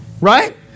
Right